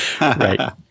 Right